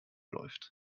läuft